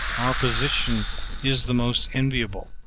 our position is the most enviable,